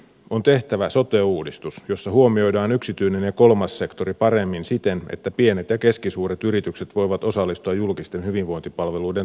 on tehtävä sote uudistus jossa huomioidaan yksityinen ja kolmas sektori paremmin siten että pienet ja keskisuuret yritykset voivat osallistua julkisten hyvinvointipalveluiden tuottamiseen